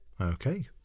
Okay